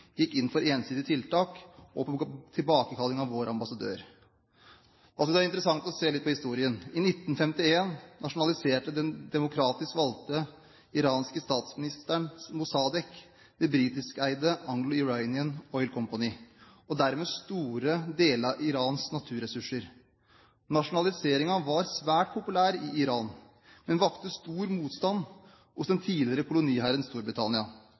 gikk inn for ensidige tiltak og tilbakekalling av vår ambassadør? Det er interessant å se litt på historien. I 1951 nasjonaliserte den demokratisk valgte iranske statsministeren Mosadek det britiskeide Anglo-Iranian Oil Company, og dermed store deler av Irans naturressurser. Nasjonaliseringen var svært populær i Iran, men vakte stor motstand hos den tidligere